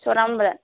ছয়টামান বজাত